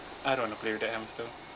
I don't want to play with that hamster